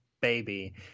baby